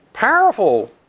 Powerful